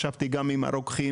ישבתי עם הרוקחים,